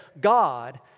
God